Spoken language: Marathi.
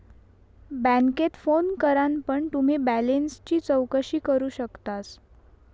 बॅन्केत फोन करान पण तुम्ही बॅलेंसची चौकशी करू शकतास